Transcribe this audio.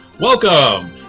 Welcome